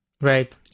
Right